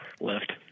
Left